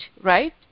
right